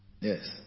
Yes